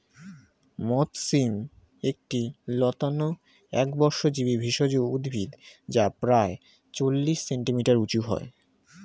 মথ শিম একটি লতানো একবর্ষজীবি ভেষজ উদ্ভিদ যা প্রায় চল্লিশ সেন্টিমিটার উঁচু হয়